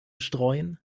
streuen